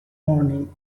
morning